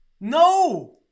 No